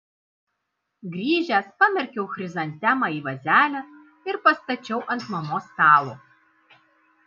grįžęs pamerkiau chrizantemą į vazelę ir pastačiau ant mamos stalo